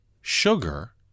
sugar